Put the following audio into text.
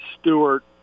Stewart